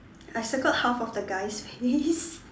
I circled half of the guy's face